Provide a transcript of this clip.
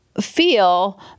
feel